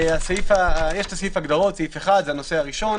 סעיף ההגדרות, סעיף 1, זה הנושא הראשון.